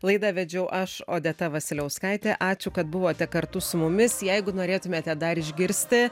laidą vedžiau aš odeta vasiliauskaitė ačiū kad buvote kartu su mumis jeigu norėtumėte dar išgirsti